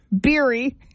Beery